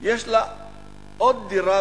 יש לה עוד דירה